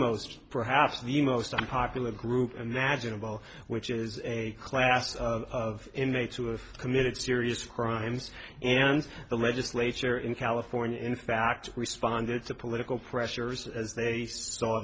most perhaps the most unpopular group imaginable which is a class of inmates who have committed serious crimes and the legislature in california in fact responded to political pressures as they saw